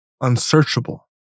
unsearchable